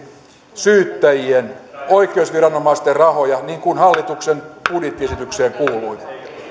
syyttäjien oikeusviranomaisten rahoja niin kuin hallituksen budjettiesitykseen kuuluu